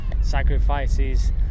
sacrifices